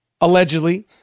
allegedly